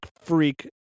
freak